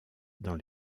dans